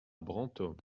brantôme